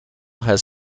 has